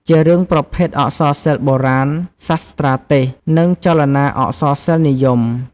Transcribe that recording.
ជារឿងប្រភេទ អក្សរសិល្ប៍បុរាណ សាស្រ្ដទេសន៍ និងចលនា អក្សរសិល្ប៍និយម។